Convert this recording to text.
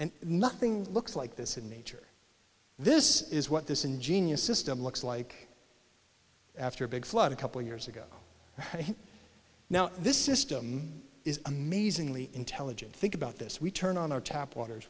and nothing looks like this in nature this is what this ingenious system looks like after a big flood a couple of years ago and now this system is amazingly intelligent think about this we turn on our tap water as